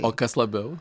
o kas labiau